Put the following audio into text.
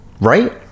Right